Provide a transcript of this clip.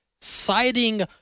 citing